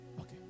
Okay